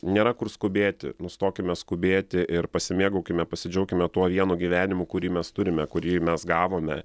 nėra kur skubėti nustokime skubėti ir pasimėgaukime pasidžiaukime tuo vienu gyvenimu kurį mes turime kurį mes gavome